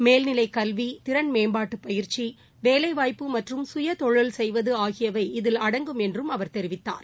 மேல்நிலைக் கல்வி திறன் மேம்பாட்டு பயிற்சி வேலைவாய்ப்பு மற்றும் கயதொழில் செய்வது ஆகியவை இதில் அடங்கும் என்று அவர் தெரிவித்தர்